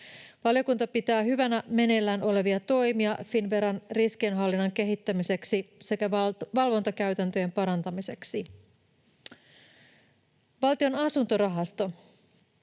Valiokunta pitää hyvänä meneillään olevia toimia Finnveran riskienhallinnan kehittämiseksi sekä valvontakäytäntöjen parantamiseksi. Valtion asuntorahasto: